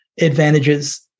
advantages